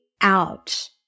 out